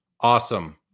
Awesome